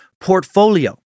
portfolio